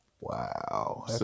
Wow